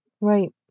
Right